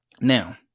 Now